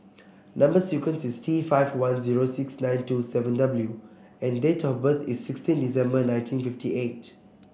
number sequence is T five one zero six nine two seven W and date of birth is sixteen December nineteen fifty eight